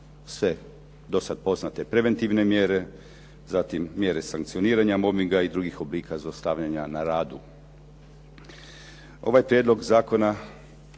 sve do sada poznate preventivne mjere, zatim mjere sankcioniranja mobinga i drugih oblika zlostavljanja na radu. Ovaj prijedlog zakona